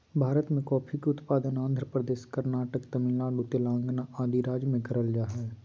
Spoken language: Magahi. भारत मे कॉफी के उत्पादन आंध्र प्रदेश, कर्नाटक, तमिलनाडु, तेलंगाना आदि राज्य मे करल जा हय